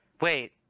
Wait